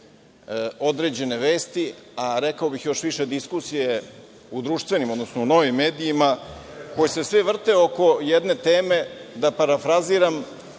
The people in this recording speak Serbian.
određene vesti, a rekao bih još više diskusije u društvenim, odnosno u novim medijima koji se sve vrte oko jedne teme, da parafraziram